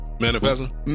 manifesting